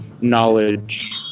knowledge